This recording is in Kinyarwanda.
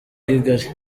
kigali